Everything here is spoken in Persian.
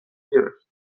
گرفت